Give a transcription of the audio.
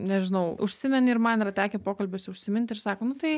nežinau užsimeni ir man yra tekę pokalbiuose užsiminti ir sako nu tai